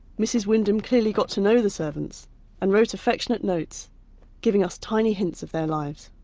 mrs windham clearly got to know the servants and wrote affectionate notes giving us tiny hints of their lives.